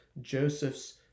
Joseph's